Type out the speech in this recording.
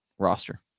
roster